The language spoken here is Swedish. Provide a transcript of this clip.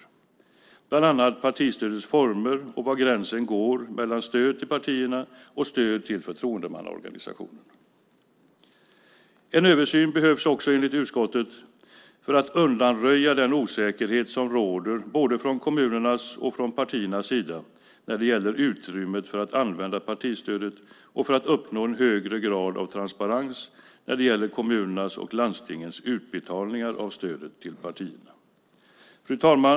Det gäller bland annat partistödets former och var gränsen går mellan stöd till partierna och stöd till förtroendemannaorganisationen. En översyn behövs enligt utskottet för att undanröja den osäkerhet som råder från både kommunernas och partiernas sida när det gäller utrymmet för att använda partistödet och för att uppnå en högre grad av transparens när det gäller kommunernas och landstingens utbetalningar av stödet till partierna. Fru talman!